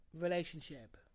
relationship